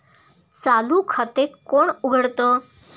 चालू खाते कोण उघडतं?